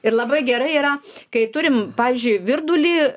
ir labai gera yra kai turim pavyzdžiui virdulį